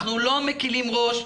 אנחנו לא מקלים ראש,